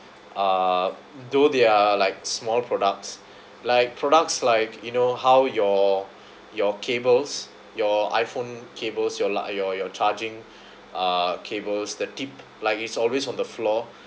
uh though they're like small products like products like you know how your your cables your I_phone cables your li~ your your charging uh the tip like it's always on the floor